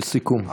לסיכום.